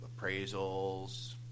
appraisals